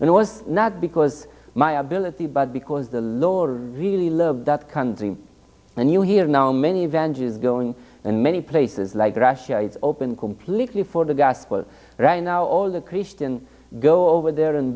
and it was not because my ability but because the law really love that country and you hear now many advantages going and many places like russia is open completely for the gospel right now all the christians go over there and